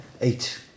Eight